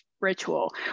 ritual